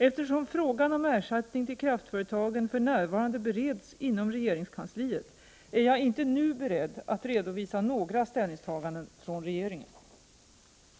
Eftersom frågan om ersättning ET till kraftföretagen för närvarande bereds inom regeringskansliet är jag inte Omfinansieringen - nu beredd att redovisa några ställningstaganden från regeringen. a tsavveck: